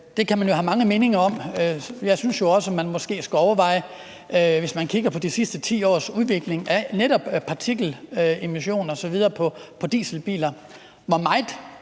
Det kan man jo have mange meninger om. Jeg synes jo også, man måske skulle overveje, hvis man kigger på de sidste 10 års udvikling af netop partikelemissioner osv. fra dieselbiler, hvor meget